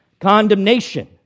Condemnation